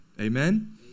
Amen